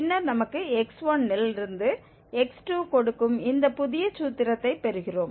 பின்னர் நமக்கு x1 இல் இருந்து x2 கொடுக்கும் இந்த புதிய சூத்திரத்தை பெறுகிறோம்